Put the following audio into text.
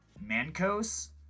Mancos